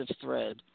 thread